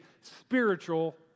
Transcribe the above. spiritual